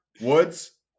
Woods